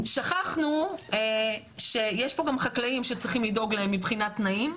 שכחנו שיש פה גם חקלאים שצריכים לדאוג להם מבחינת תנאים,